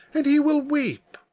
and he will weep.